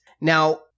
Now